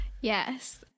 Yes